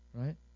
right